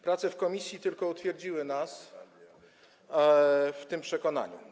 Prace w komisji tylko utwierdziły nas w tym przekonaniu.